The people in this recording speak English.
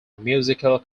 musical